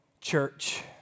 church